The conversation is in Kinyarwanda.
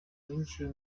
binjiye